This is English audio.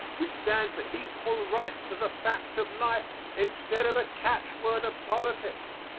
we stand for equal rights as a fact of life instead of a catch-word of politics.